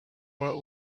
what